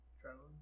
Traveling